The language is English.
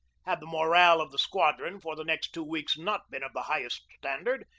had the morale of the squadron for the next two weeks not been of the highest standard,